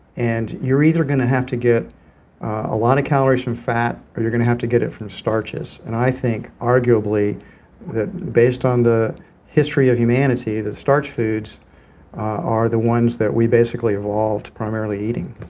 and you're either going to have to get a lot of calories from fat or you're going to have to get it from starches. and i think arguably that based on the history of humanity that starch foods are the ones that we basically evolved primarily eating.